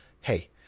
hey